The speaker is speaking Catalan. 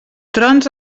trons